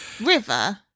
River